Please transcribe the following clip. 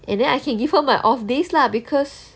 and then I can give her my off days lah because